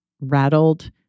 rattled